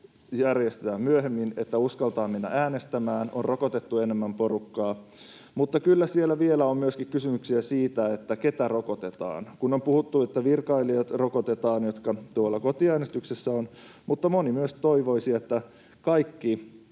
järjestetään myöhemmin, että uskaltaa mennä äänestämään — on rokotettu enemmän porukkaa. Mutta kyllä siellä vielä on myöskin kysymyksiä siitä, keitä rokotetaan. On puhuttu, että rokotetaan virkailijat, jotka siellä kotiäänestyksessä ovat, mutta moni myös toivoisi, että kaikki